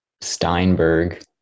Steinberg